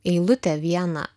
eilutę vieną